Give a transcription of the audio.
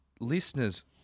Listeners